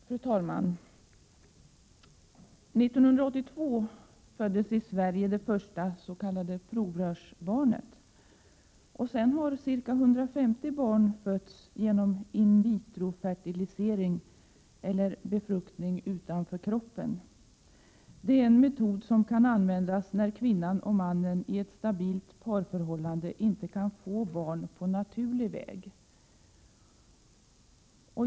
Fru talman! År 1982 föddes i Sverige det första s.k. provrörsbarnet. Sedan har ca 150 barn fötts genom in vitro-fertilisering, befruktning utanför kroppen. Det är en metod som används när kvinnan och mannen i ett stabilt parförhållande inte kan få barn på naturlig väg.